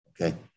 okay